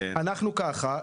אנחנו ככה,